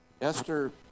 Esther